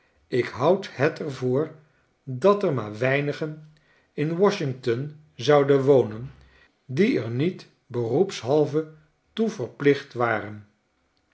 ik houd het er voor dat er maar weinigenin washington zouden wonen die er nietberoepshalve toe verplicht waren